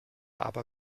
aber